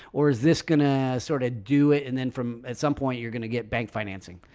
or is this gonna sort of do it and then from at some point, you're gonna get bank financing?